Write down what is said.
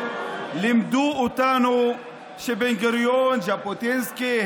איך אתה אומר שאני לא מפסיקה?